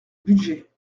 budget